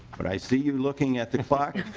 but i see you looking at the clock